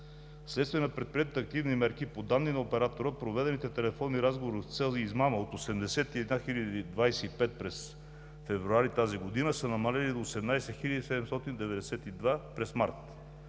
Вследствие на предприетите активни мерки – по данни на оператора, проведените телефонни разговори с цел измама от 81 025 през месец февруари тази година са намалели на 18 792 – през месец